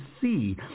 see